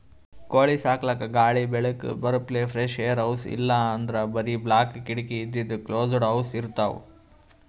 ಕೋಳಿ ಸಾಕಲಕ್ಕ್ ಗಾಳಿ ಬೆಳಕ್ ಬರಪ್ಲೆ ಫ್ರೆಶ್ಏರ್ ಹೌಸ್ ಇಲ್ಲಂದ್ರ್ ಬರಿ ಬಾಕ್ಲ್ ಕಿಡಕಿ ಇದ್ದಿದ್ ಕ್ಲೋಸ್ಡ್ ಹೌಸ್ ಇರ್ತವ್